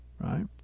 right